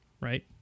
Right